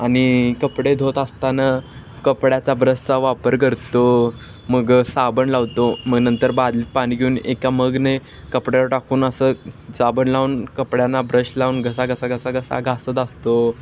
आणि कपडे धुवत असताना कपड्याचा ब्रशचा वापर करतो मग साबण लावतो मग नंतर बादलीने पाणी घेऊन एका मगने कपड्यावर टाकून असं साबण लावून कपड्यांना ब्रश लावून घसा घसाघसा घसा घासत असतो